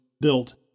built